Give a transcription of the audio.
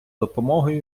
допомогою